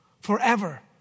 forever